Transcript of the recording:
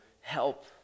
help